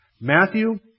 Matthew